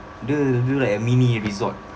do do like a mini resort